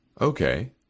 Okay